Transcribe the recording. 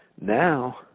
Now